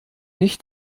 nicht